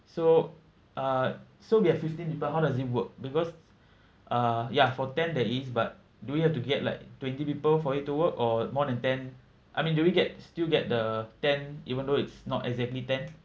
so uh so we have fifteen people how does it work because uh ya for ten there is but do we have to get like twenty people for it to work or more than ten I mean do we get still get the ten even though it's not exactly ten